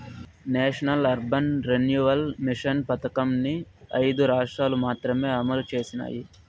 national urban renewal mission పథకంని ఐదు రాష్ట్రాలు మాత్రమే అమలు చేసినాయి